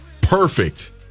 Perfect